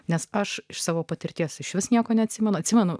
nes aš iš savo patirties išvis nieko neatsimenu atsimenu